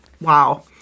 wow